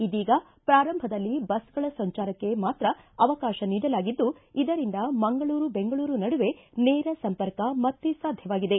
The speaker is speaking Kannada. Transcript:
ಇದೀಗ ಪೂರಂಭದಲ್ಲಿ ಬಸ್ಗಳ ಸಂಚಾರಕ್ಕೆ ಮಾತ್ರ ಅವಕಾಶ ನೀಡಲಾಗಿದ್ದು ಇದರಿಂದ ಮಂಗಳೂರು ಬೆಂಗಳೂರು ನಡುವೆ ನೇರ ಸಂಪರ್ಕ ಮತ್ತೇ ಸಾಧ್ಯವಾಗಿದೆ